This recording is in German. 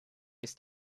ist